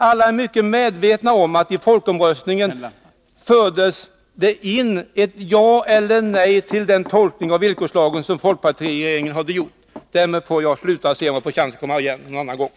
Alla är väl medvetna om att det i folkomröstningen fördes in ett ja eller nej till den tolkning av villkorslagen som folkpartiregeringen hade gjort. Därmed får jag avsluta och se om jag får chansen att komma igen senare.